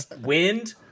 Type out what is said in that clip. Wind